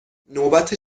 نوبت